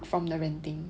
from the renting